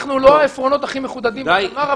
אנחנו לא העפרונות הכי מחודדים בקלמר,